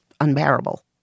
unbearable